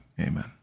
Amen